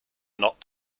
not